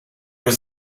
was